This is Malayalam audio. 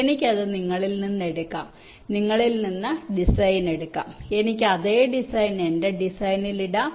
എനിക്ക് അത് നിങ്ങളിൽ നിന്ന് എടുക്കാം നിങ്ങളിൽ നിന്ന് ഡിസൈൻ എടുക്കാം എനിക്ക് അതേ ഡിസൈൻ എന്റെ ഡിസൈനിൽ ഇടാം